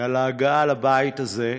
על ההגעה לבית הזה,